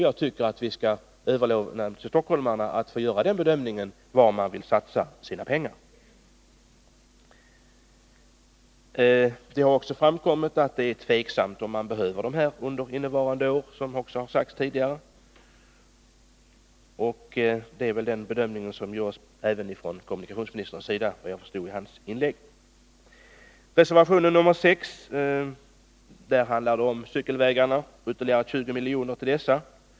Jag tycker att vi skall överlåta till stockholmarna att göra bedömningen var man vill satsa sina pengar. Det har också framkommit att det är tveksamt om man behöver dessa pengar under innevarande år — det har också sagts tidigare i debatten. Det är väl den bedömningen som även kommunikationsministern gör, om jag rätt förstod hans inlägg. Reservation 6 handlar om cykelvägarna, och reservanterna föreslår ytterligare 20 milj.kr. till dessa.